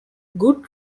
good